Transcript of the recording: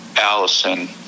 Allison